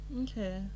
Okay